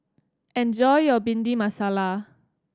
enjoy your Bhindi Masala